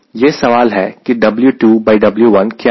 यह सवाल है कि W2W1 क्या है